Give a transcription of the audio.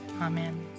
amen